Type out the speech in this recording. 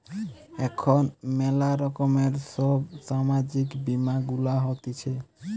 এখন ম্যালা রকমের সব সামাজিক বীমা গুলা হতিছে